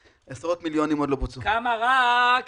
כמו ירושלים וכמו עכו,